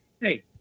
hey